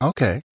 Okay